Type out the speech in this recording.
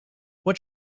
what